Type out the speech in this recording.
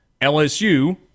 LSU